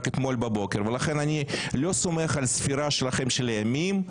אתמול בבוקר ולכן אני לא סומך על הספירה שלכם של הימים,